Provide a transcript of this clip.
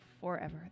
forever